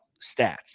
stats